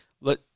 let